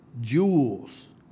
jewels